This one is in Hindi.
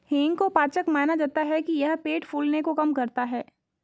हींग को पाचक माना जाता है कि यह पेट फूलने को कम करता है